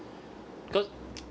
cause